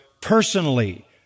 personally